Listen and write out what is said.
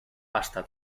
hasta